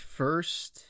first